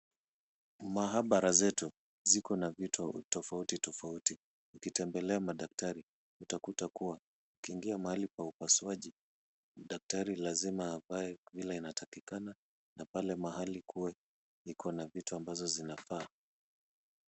Maabara zetu ziko na vitu tofauti tofauti, ukitembelea madaktari utakuta kuwa ukiingia mahali pa upasuaji daktari lazima avae vile inatakikana na pale mahali kuwe iko na vitu ambazo zinafaa.